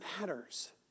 matters